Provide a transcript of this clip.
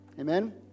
Amen